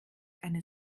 eine